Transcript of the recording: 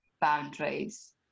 boundaries